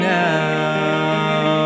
now